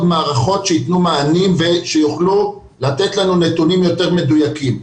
מערכות שיתנו מענים ויוכלו לתת לנו נתונים יותר מדויקים.